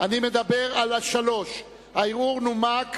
אני מדבר על סעיף 3. הערעור נומק.